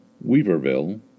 Weaverville